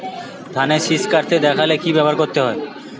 ধানের শিষ কাটতে দেখালে কি ব্যবহার করতে হয়?